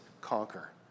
conquer